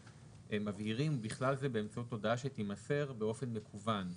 מבהירים "בכלל זה באמצעות הודעה שתימסר באופן מקוון".